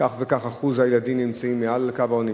כך וכך אחוז מהילדים נמצאים מעל קו העוני,